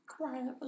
quietly